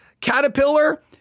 caterpillar